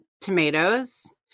tomatoes